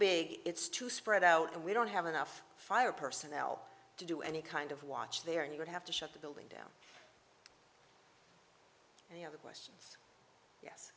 big it's too spread out and we don't have enough fire personnel to do any kind of watch there and you would have to shut the building down and the other question